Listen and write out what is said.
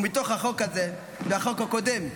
ומתוך החוק הזה והחוק הקודם,